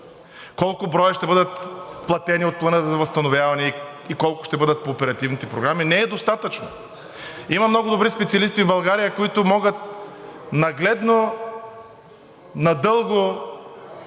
колко броя ще бъдат платени от Плана за възстановяване и устойчивост и колко ще бъдат по оперативните програми не е достатъчно. Има много добри специалисти в България, които могат нагледно, надълго